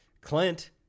Clint